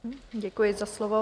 Děkuji za slovo.